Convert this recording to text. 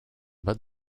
but